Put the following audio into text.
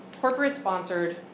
corporate-sponsored